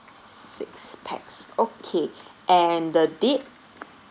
six pax okay and the date